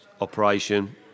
operation